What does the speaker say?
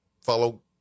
follow